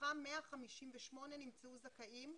מתוכם 158 נמצאו זכאים.